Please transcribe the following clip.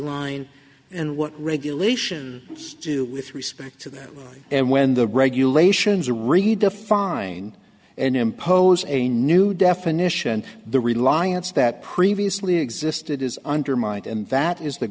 line and what regulation with respect to that and when the regulations are read the fine and impose a new definition the reliance that previously existed is undermined and that is the